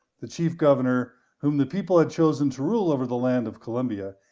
the chief governor, whom the people had chosen to rule over the land of columbia,